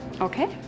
Okay